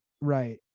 right